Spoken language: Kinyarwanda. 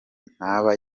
ntaba